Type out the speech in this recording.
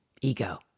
ego